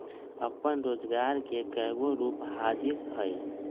अप्पन रोजगार के कयगो रूप हाजिर हइ